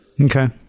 Okay